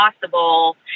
possible